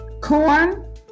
Corn